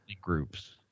groups